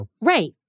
Right